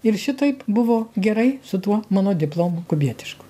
ir šitaip buvo gerai su tuo mano diplomu kubietišku